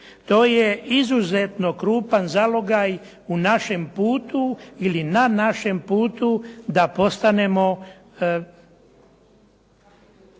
To je izuzetno krupan zalogaj u našem putu ili na našem putu da postanemo